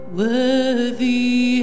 worthy